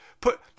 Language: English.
Put